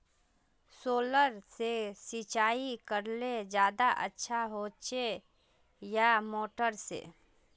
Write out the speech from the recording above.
Solar से सिंचाई करले ज्यादा अच्छा होचे या मोटर से?